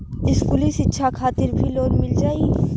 इस्कुली शिक्षा खातिर भी लोन मिल जाई?